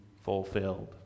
fulfilled